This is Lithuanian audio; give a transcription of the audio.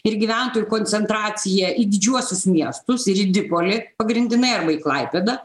ir gyventojų koncentracija į didžiuosius miestus ir dipolį pagrindinai arba į klaipėdą